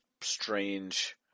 strange